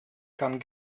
kann